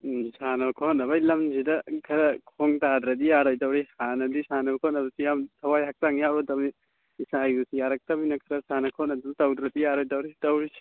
ꯁꯥꯟꯅ ꯈꯣꯠꯅꯕꯒꯤ ꯂꯝꯁꯤꯗ ꯈꯔ ꯈꯣꯡ ꯇꯥꯗ꯭ꯔꯗꯤ ꯌꯥꯔꯣꯏꯗꯧꯔꯤ ꯍꯥꯟꯅꯗꯤ ꯁꯥꯟꯅ ꯈꯣꯠꯅꯕꯁꯤ ꯌꯥꯝ ꯊꯋꯥꯏ ꯍꯪꯆꯥꯡ ꯌꯥꯎꯒꯗꯧꯔꯤ ꯏꯁꯥꯒꯤ ꯌꯥꯔꯛꯇꯃꯤꯅ ꯈꯔ ꯁꯥꯟꯅ ꯈꯣꯠꯅꯕꯗꯨ ꯇꯧꯗ꯭ꯔꯗꯤ ꯌꯥꯔꯣꯏꯗꯧꯔꯤ ꯇꯧꯔꯤꯁꯤ